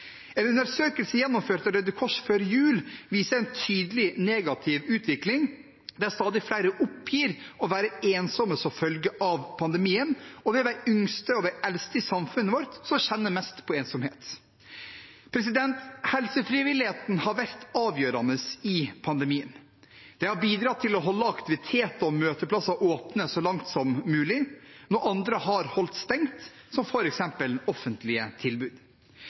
En undersøkelse gjennomført av Røde Kors før jul viser en tydelig negativ utvikling, der stadig flere oppgir å være ensom som følge av pandemien, og det er de yngste og de eldste i samfunnet vårt som kjenner mest på ensomhet. Helsefrivilligheten har vært avgjørende under pandemien. Den har bidratt til å holde aktiviteter og møteplasser åpne så langt som mulig når andre har holdt stengt, som f.eks. offentlige tilbud.